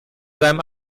seinem